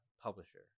publisher